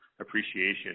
appreciation